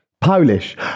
Polish